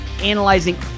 analyzing